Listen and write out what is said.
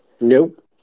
Nope